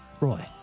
Roy